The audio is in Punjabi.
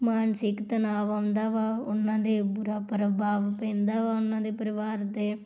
ਮਾਨਸਿਕ ਤਣਾਅ ਆਉਂਦਾ ਵਾ ਉਹਨਾਂ ਦੇ ਬੁਰਾ ਪ੍ਰਭਾਵ ਪੈਂਦਾ ਵਾ ਉਹਨਾਂ ਦੇ ਪਰਿਵਾਰ ਦੇ